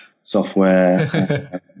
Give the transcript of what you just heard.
software